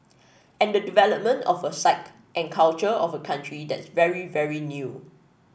and the development of a psyche and culture of a country that's very very new